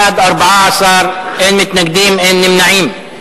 בעד 14, אין מתנגדים, אין נמנעים.